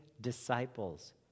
disciples